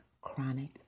chronic